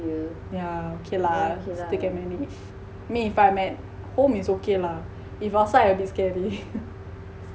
yeah okay lah still can manage me if I at home okay lah if outside a bit scary